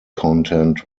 content